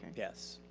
yes.